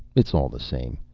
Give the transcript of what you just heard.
it's all the same.